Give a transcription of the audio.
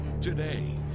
today